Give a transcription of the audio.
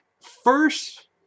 first